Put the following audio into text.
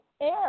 air